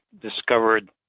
discovered